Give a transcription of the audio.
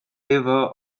river